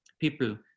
people